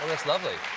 it's lovely.